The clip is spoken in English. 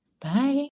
Bye